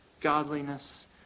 godliness